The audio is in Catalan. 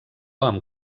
amb